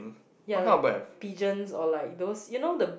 yeah like pigeons or like those you know the